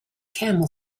camel